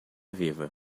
viva